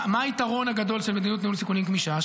מה היתרון הגדול של מדיניות ניהול סיכונים גמישה?